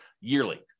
yearly